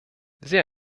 sehr